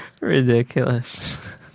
Ridiculous